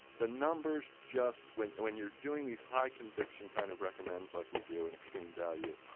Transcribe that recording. the numbers just, when when you're doing these high conviction kind of recommends like we do in extreme value,